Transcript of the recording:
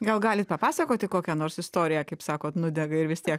gal galit papasakoti kokią nors istoriją kaip sakot nudega ir vis tiek